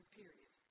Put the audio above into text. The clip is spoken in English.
period